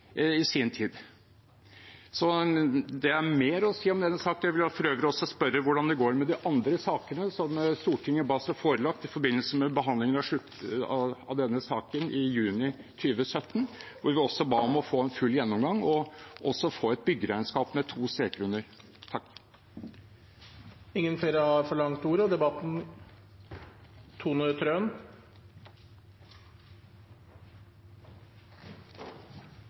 i sin tid. Det er mer å si om denne saken. Jeg vil for øvrig også spørre hvordan det går med de andre sakene som Stortinget ba seg forelagt i forbindelse med behandlingen av denne saken i juni 2017, hvor vi også ba om å få en full gjennomgang og også få et byggeregnskap med to streker under. Forhistorien til det vi i dag diskuterer, er svært krevende. Det Stortinget og